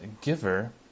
giver